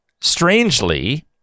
strangely